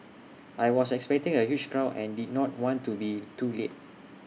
I was expecting A huge crowd and did not want to be too late